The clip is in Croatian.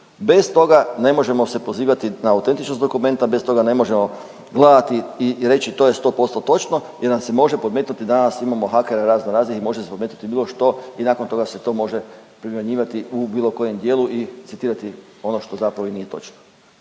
Bez toga ne možemo se pozivati na autentičnost dokumenta, bez toga ne možemo gledati i reći to je 100% točno jer nam se može podmetnuti, danas imamo hakere razno razne i može se podmetnuti bilo što i nakon toga se to može primjenjivati u bilo kojem dijelu i citirati ono što zapravo i nije točno.